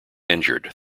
injured